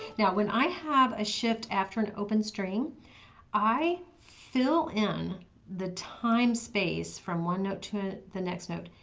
now when i have a shift after an open string i fill in the time space, from one note to the next note,